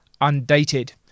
undated